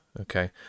Okay